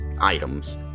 items